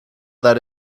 that